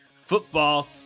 Football